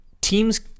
teams